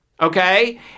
Okay